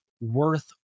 worth